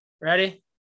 ready